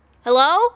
Hello